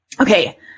Okay